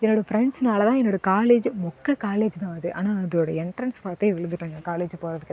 என்னோடய ஃப்ரண்ட்ஸுனால தான் என்னோடய காலேஜே மொக்கை காலேஜ் தான் அது ஆனால் அதோடய என்ட்ரென்ஸ் பார்த்தே விழுந்துட்டேன்ங்க காலேஜ் போகிறதுக்கு